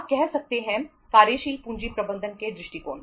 आप कह सकते हैं कार्यशील पूंजी प्रबंधन के दृष्टिकोण